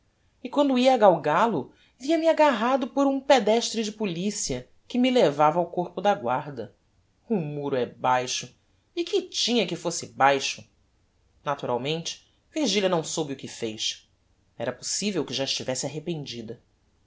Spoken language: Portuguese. e quando ia a galgal o via-me agarrado por um pedestre de policia que me levava ao corpo da guarda o muro é baixo e que tinha que fosse baixo naturalmente virgilia não soube o que fez era possivel que já estivesse arrependida